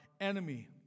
enemy